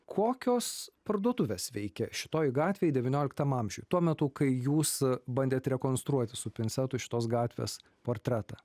kokios parduotuvės veikia šitoje gatvėj devynioliktam amžiuj tuo metu kai jūs bandėt rekonstruoti su pincetu šitos gatvės portretą